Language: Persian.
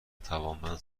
توانمند